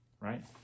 right